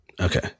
Okay